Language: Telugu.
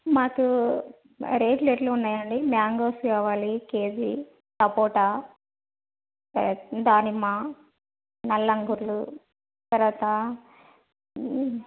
మాకు రేట్లు ఎట్లున్నయండి మ్యాంగోస్ కావాలి కేజీ సపోటా దానిమ్మ నల్ల అంగుర్లు తర్వాత